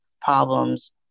problems